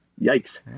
yikes